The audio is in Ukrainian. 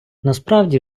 насправді